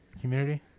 Community